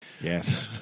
Yes